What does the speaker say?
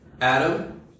Adam